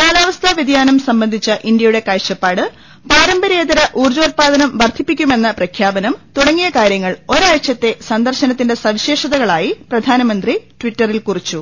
കാലാവസ്ഥാ വൃതിയാനം സംബന്ധിച്ച ഇന്ത്യയുടെ കാഴ്ചപ്പാട് പാരമ്പര്യേതര ഊർജ്ജോത്പാദനം വർധി പ്പിക്കുമെന്ന പ്രഖ്യാപനം തുടങ്ങിയ കാര്യങ്ങൾ ഒരാഴ്ചത്തെ സന്ദർശനത്തിന്റെ സവിശേഷതകളായി പ്രധാനമന്ത്രി ട്വിറ്ററിൽ കുറിച്ചു